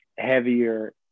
heavier